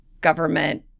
government